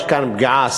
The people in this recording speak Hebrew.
יש כאן פגיעה.